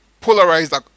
polarized